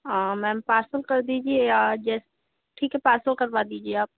हाँ ma'am parcel कर दीजिए या जैस ठीक है पार्सल करवा दीजिए आप